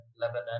lebanon